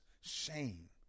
shame